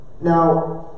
now